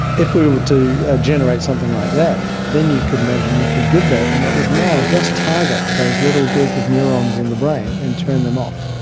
if we were to generate something like that, then you could imagine you could give that and it would now just target those little group of neurons in the brain and turn them off.